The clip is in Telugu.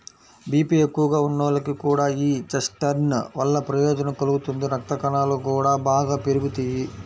బీపీ ఎక్కువగా ఉన్నోళ్లకి కూడా యీ చెస్ట్నట్స్ వల్ల ప్రయోజనం కలుగుతుంది, రక్తకణాలు గూడా బాగా పెరుగుతియ్యి